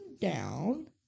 down